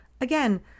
again